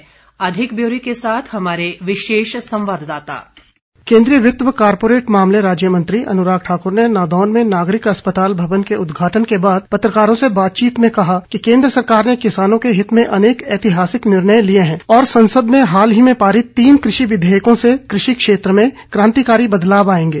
dispatch केन्द्रीय वित्त व कॉरपोरेट मामले राज्य मंत्री अनुराग ठाकुर ने नादौन में नागरिक अस्पताल भवन के उदघाटन के बाद पत्रकारों से बातचीत में कहा कि केन्द्र सरकार ने किसानों के हित में अनेक ऐतिहासिक निर्णय लिए हैं और संसद में हाल ही में पारित तीन कृषि विधयकों से कृषि क्षेत्र में कांतकिारी बदलाव आयेंगे